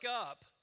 up